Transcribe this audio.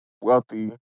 wealthy